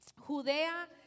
Judea